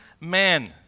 man